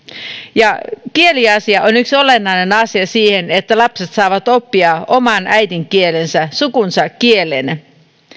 kieliasia on yksi olennainen asia siinä että lapset saavat oppia oman äidinkielensä sukunsa kielen